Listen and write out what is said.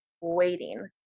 waiting